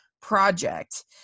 project